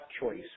choice